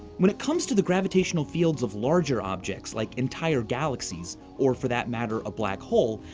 when it comes to the gravitational fields of larger objects, like entire galaxies or, for that matter, a black hole,